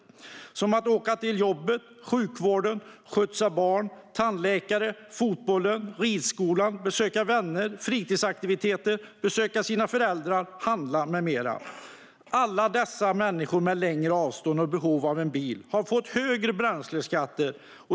Det handlar om att åka till jobbet, sjukvården och att skjutsa barn, åka till tandläkare, fotbollen och ridskolan, att besöka vänner, fritidsaktiviteter, besöka sina föräldrar och handla med mera. Alla dessa människor med längre avstånd och behov av en bil har fått högre bränsleskatter.